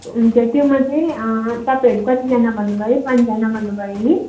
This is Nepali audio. हुन्छ त्यसमा चाहिँ तपाईँहरू कतिजना भन्नु भयो पाँचजना भन्नु भयो नि